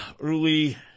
early